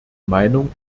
meinung